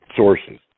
sources